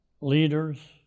leaders